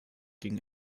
ging